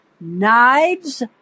knives